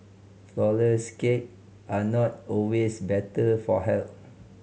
flour less cake are not always better for health